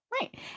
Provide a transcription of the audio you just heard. Right